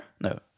No